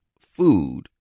food